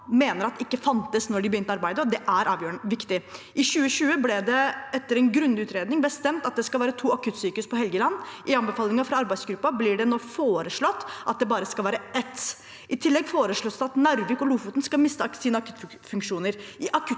mener ikke fantes da de begynte arbeidet – er avgjørende viktig. I 2020 ble det etter en grundig utredning bestemt at det skal være to akuttsykehus på Helgeland. I anbefalingen fra arbeidsgruppa blir det nå foreslått at det bare skal være ett. I tillegg foreslås det at Narvik og Lofoten skal miste sine akuttfunksjoner.